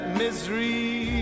misery